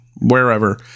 wherever